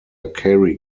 carry